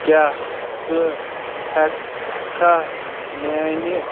کیٛاہ ژٕ ہیٚکہِ کھا میٛانہِ